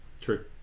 True